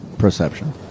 Perception